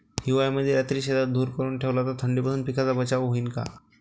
हिवाळ्यामंदी रात्री शेतात धुर करून ठेवला तर थंडीपासून पिकाचा बचाव होईन का?